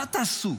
מה תעשו?